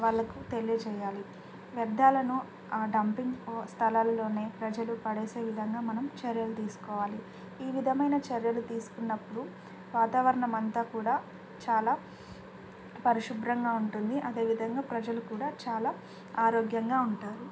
వాళ్ళకు తెలియజేయాలి వ్యర్థాలను ఆ డంపింగ్ స్థలాలలోనే ప్రజలు పడవేసే విధంగా మనం చర్యలు తీసుకోవాలి ఈ విధమైన చర్యలు తీసుకున్నప్పుడు వాతావరణం అంతా కూడా చాలా పరిశుభ్రంగా ఉంటుంది అదేవిధంగా ప్రజలు కూడా చాలా ఆరోగ్యంగా ఉంటారు